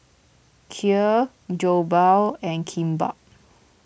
Kheer Jokbal and Kimbap